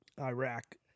iraq